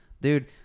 dude